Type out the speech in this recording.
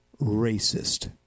racist